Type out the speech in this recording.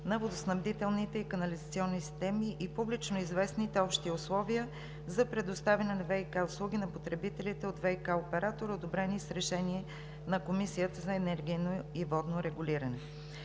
на водоснабдителните и канализационните системи и публично известните ,,Общи условия за предоставяне на ВиК услуги на потребителите от ВиК оператор“, одобрени с Решение на Комисията за енергийно и водно регулиране.